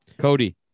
Cody